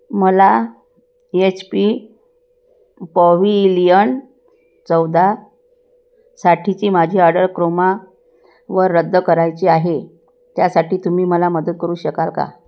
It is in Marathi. मला एच पी पॉविलियन चौदा साठीची माझी ऑर्डर क्रोमा वर रद्द करायची आहे त्यासाठी तुम्ही मला मदत करू शकाल का